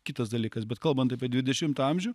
kitas dalykas bet kalbant apie dvidešimtą amžių